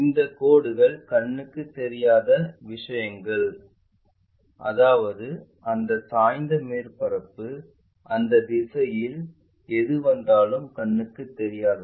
இந்த கோடுகள் கண்ணுக்கு தெரியாத விஷயங்கள் அதாவது அந்த சாய்ந்த மேற்பரப்பு அந்த திசையில் எது வந்தாலும் கண்ணுக்கு தெரியாதவை